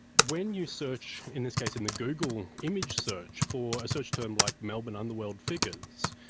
when you search in this case in the google image search for a search term like melbourne underworld figures,